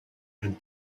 and